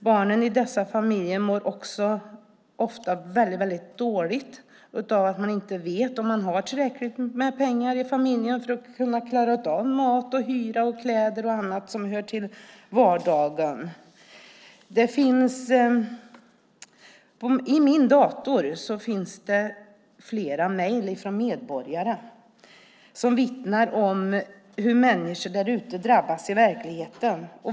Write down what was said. Barnen i dessa familjer mår också ofta väldigt dåligt av att inte veta om familjen har tillräckligt med pengar för att kunna klara av mat, hyra, kläder och annat som hör till vardagen. I min dator finns flera mejl från medborgare som vittnar om hur människor därute drabbas i verkligheten.